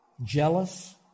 jealous